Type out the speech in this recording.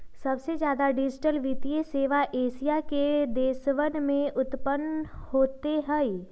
सबसे ज्यादा डिजिटल वित्तीय सेवा एशिया के देशवन में उन्नत होते हई